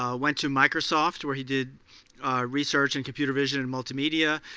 ah went to microsoft where he did research and computer vision and multimedia,